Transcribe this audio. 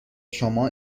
شما